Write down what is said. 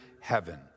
heaven